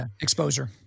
Exposure